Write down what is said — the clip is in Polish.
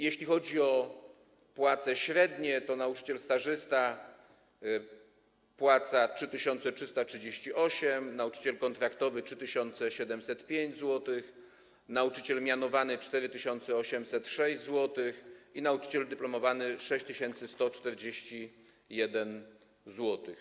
Jeśli chodzi o płace średnie, to nauczyciel stażysta otrzyma 3338 zł, nauczyciel kontraktowy - 3705 zł, nauczyciel mianowany - 4806 zł i nauczyciel dyplomowany - 6141 zł.